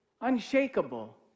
unshakable